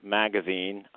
magazine